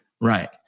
Right